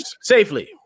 safely